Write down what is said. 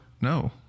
No